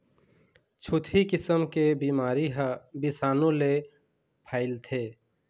छुतही किसम के बिमारी ह बिसानु ले फइलथे